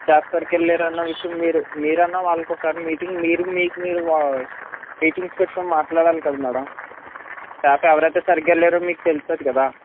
staff సరిగ్గా లేరన్న విషయం మీరు మీరన్న వాల్కొకసారి మీటింగ్ మీరు మీరు వా మీటింగ్స్ పెట్టుకొని మాట్లాడాలి కదా మ్యాడం స్టాఫ్ ఎవరైతే సరిగ్గా లేరో మీకు తెలుస్తుంది కదా